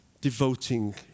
devoting